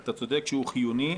אתה צודק שהוא חיוני,